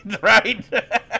right